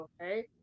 okay